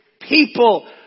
people